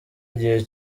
igihe